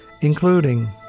including